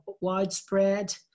widespread